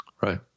Right